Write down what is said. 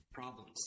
Problems